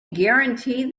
guarantee